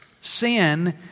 Sin